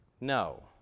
No